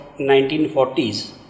1940s